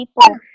People